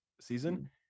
season